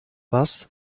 was